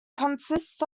consists